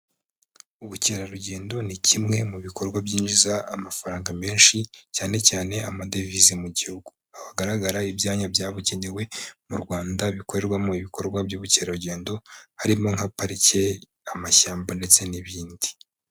Ubukerarugendo ni kimwe mu bikorwa byinjiza amafaranga menshi cyane cyane amadevize mu gihugu. Aho hagaragara ibyanya byabugenewe mu Rwanda bikorerwamo ibikorwa by'ubukerarugendo harimo nka parike, amashyamba ndetse n'ibindi.